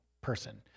person